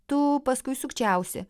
tu paskui sukčiausi